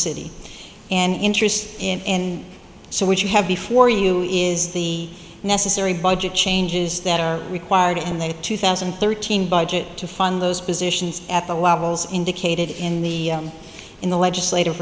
city and interested in and so what you have before you is the necessary budget changes that are required and then two thousand and thirteen budget to fund those positions at the levels indicated in the in the legislative